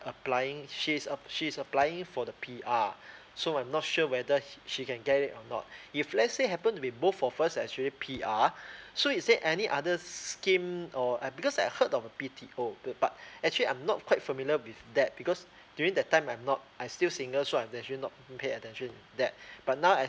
applying she's uh she's applying for the P_R so I'm not sure whether he she can get or not if let's say happen to be both of us are actually P_R so is there any other scheme or I because I heard of a B_T_O but actually I'm not quite familiar with that because during that time I'm not I still single so I'm actually not pay attention that but now I